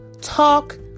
talk